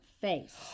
face